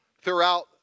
throughout